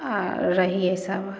आ रहियै सब आदमी